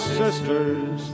sisters